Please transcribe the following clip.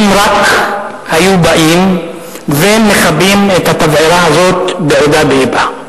אם רק היו באים ומכבים את התבערה הזאת בעודה באבה.